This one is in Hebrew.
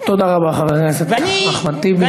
ואני, תודה רבה, חבר הכנסת אחמד טיבי.